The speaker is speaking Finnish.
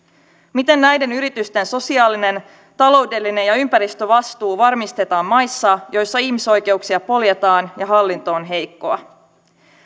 miten näiden yritysten sosiaalinen taloudellinen ja ympäristövastuu varmistetaan maissa joissa ihmisoikeuksia poljetaan ja hallinto on heikkoa